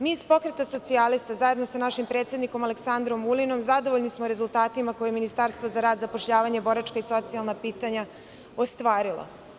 Mi iz Pokreta socijalista, zajedno za našim predsednikom Aleksandrom Vulinom, zadovoljni smo rezultatima koje je Ministarstvo za rad, zapošljavanje, boračka i socijalna pitanja ostvarilo.